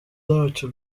ntacyo